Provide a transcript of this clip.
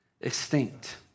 extinct